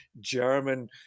German